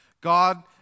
God